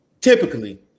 typically